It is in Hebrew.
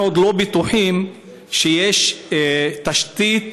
אנחנו עוד לא בטוחים שיש תשתית